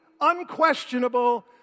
unquestionable